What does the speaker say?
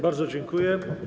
Bardzo dziękuję.